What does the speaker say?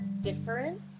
different